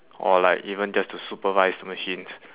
or like even just to supervise the machines